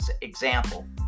example